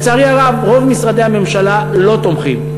לצערי הרב, רוב משרדי הממשלה לא תומכים.